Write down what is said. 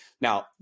Now